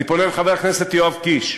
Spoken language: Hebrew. אני פונה לחבר הכנסת יואב קיש.